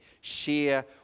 share